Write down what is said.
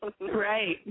Right